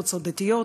קבוצות דתיות,